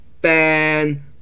ban